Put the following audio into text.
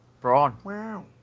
Braun